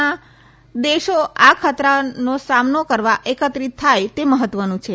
ના દેશો આ ખતરાનો સામનો કરવા એકત્રિત થાય તે મહત્વનું છે